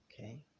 Okay